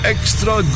Extra